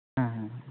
ᱦᱮᱸ ᱦᱮᱸ ᱦᱮᱸ ᱦᱮᱸ